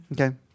Okay